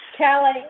Kelly